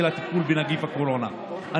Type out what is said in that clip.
הטיפול בנגיף הקורונה בצורה הטובה ביותר.